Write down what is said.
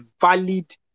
valid